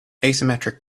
asymmetric